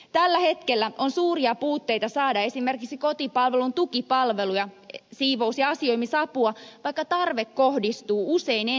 tällä hetkellä on suuria puutteita saada esimerkiksi kotipalvelun tukipalveluja siivous ja asioimisapua vaikka tarve kohdistuu usein ensin niihin